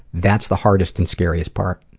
that's the hardest and scariest part.